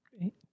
Great